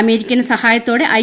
American സഹായത്തോടെ I